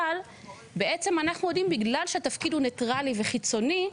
אבל בעצם אנחנו יודעים שבגלל שהתפקיד הוא ניטרלי וחיצוני,